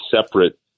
separate